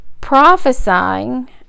prophesying